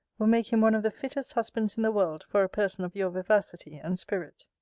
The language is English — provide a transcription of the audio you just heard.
will make him one of the fittest husbands in the world for a person of your vivacity and spirit.